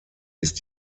ist